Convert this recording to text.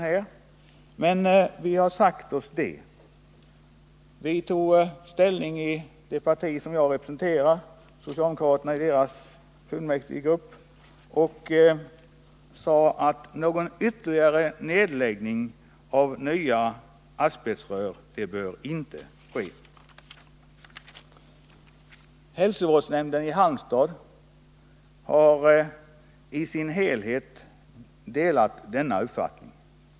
Fullmäktigegrup pen i det parti som jag representerar — socialdemokraterna — har uttalat att någon ytterligare nedläggning av asbestcementrör inte bör ske. Hälsovårdsnämnden i Halmstad delar helt denna uppfattning.